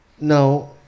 Now